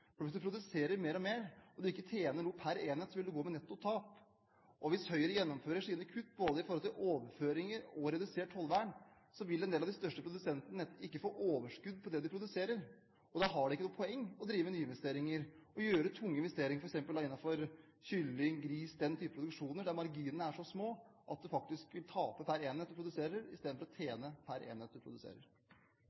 gjennomfører sine kutt både i overføringer og redusert tollvern, vil en del av de største produsentene ikke få overskudd på det de produserer. Da er det ikke noe poeng å drive nyinvesteringer, å foreta tunge investeringer innenfor f.eks. kylling og gris – den type produksjoner der marginene er så små at du faktisk vil tape per enhet du produserer i stedet for å